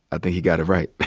i think he got it right.